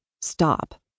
Stop